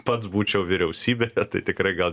pats būčiau vyriausybė tai tikrai gal